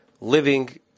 living